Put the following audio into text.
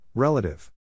Relative